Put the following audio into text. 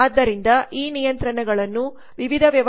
ಆದ್ದರಿಂದ ಈ ನಿಯಂತ್ರಣಗಳನ್ನು ವಿವಿಧ ವ್ಯವಹಾರಗಳ ನಿಯಂತ್ರಕರು ಮಾಡುತ್ತಾರೆ